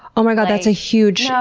oh my god, that's a huge. ah